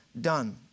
done